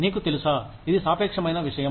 నీకు తెలుసా ఇది సాపేక్షమైన విషయం